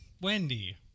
Wendy